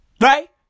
Right